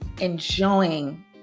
enjoying